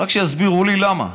רק שיסבירו לי למה.